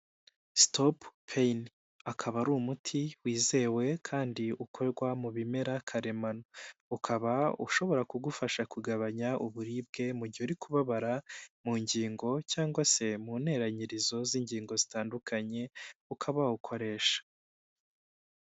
Stop pain akaba ari umuti wizewe kandi ukorwa mu bimera karemano, ukaba ushobora kugufasha kugabanya uburibwe mu gihe uri kubabara mu ngingo cyangwa se mu nteranyirizo z'ingingo zitandukanye, ukaba wawukoresha.